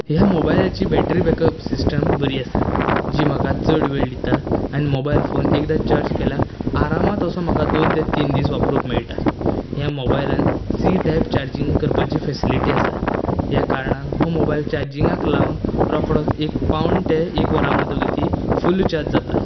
ह्या मोबायलाची battery backup system बरी आसा जी म्हाका चड वेळ दिता आनी मोबायल फोन एकदां चार्ज केला आरामांत असो म्हाका दोन ते तीन दीस वापरूंक मेळटा ह्या मोबायलांत सी टेब चार्जींग करपाची फेसिलिटी आसा ह्या कारणान हो मोबायल चार्जिंगाक लावन रोखडोच एक पावण ते एक वरां मजगती फुल्ल चार्ज जाता